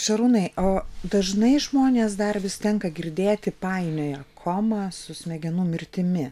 šarūnai o dažnai žmonės dar vis tenka girdėti painioja komą su smegenų mirtimi